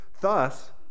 Thus